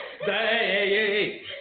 hey